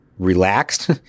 relaxed